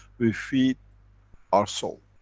we feed our soul.